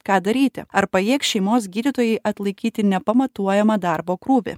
ką daryti ar pajėgs šeimos gydytojai atlaikyti nepamatuojamą darbo krūvį